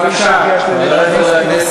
חברי חברי הכנסת,